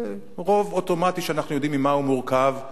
רוב אוטומטי שאנחנו יודעים ממה הוא מורכב,